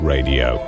Radio